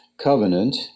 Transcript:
covenant